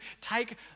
take